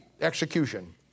Execution